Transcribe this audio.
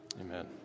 Amen